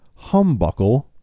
humbuckle